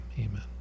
Amen